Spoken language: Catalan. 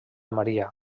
maria